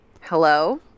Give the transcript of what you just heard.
hello